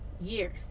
years